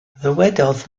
ddywedodd